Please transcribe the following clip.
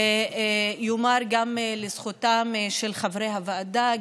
וייאמר גם לזכותם של חברי הוועדה,